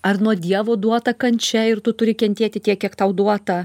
ar nuo dievo duota kančia ir tu turi kentėti tiek kiek tau duota